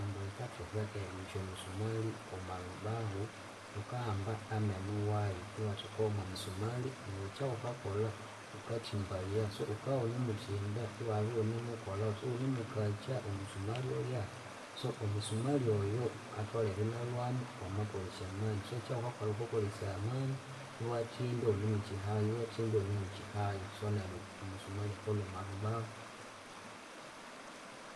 Enyondo yikathoka erilhusya omusumali womwarubahu, wukahamba amenu wayu iwathekawomwamusumali neryu ekyawukakolha wukathimbaya so wukawunemuthimbya iwabya iwunemukolhawuthi iwunemukakya omusumali olya. So omusumali oyu atholere inalwamu wamakolesya amani so ekyawukakolha wukakolesaya amani iwathimbya iwunemukyihayu iwathimbya iwunemukyihayu so neryu omusumali akalwa omwarubahu.